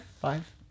Five